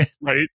right